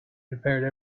prepared